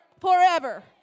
Forever